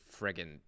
friggin